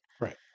Right